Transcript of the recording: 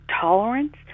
tolerance